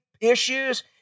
issues